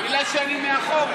בגלל שאני מאחור,